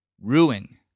Ruin